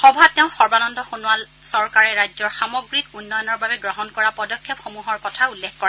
সভাত তেওঁ সৰ্বানন্দ সোণোৱালে চৰকাৰে ৰাজ্যৰ সামগ্ৰিক উন্নয়নৰ বাবে গ্ৰহণ কৰা পদক্ষেপসমূহৰ কথা উল্লেখ কৰে